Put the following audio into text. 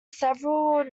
several